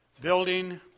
building